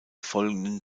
folgenden